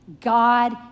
God